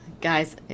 guys